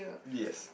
yes